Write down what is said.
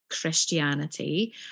Christianity